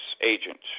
agent